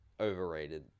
overrated